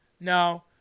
No